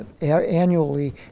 annually